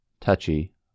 touchy